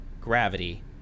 gravity